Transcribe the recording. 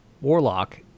warlock